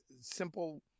simple